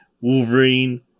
Wolverine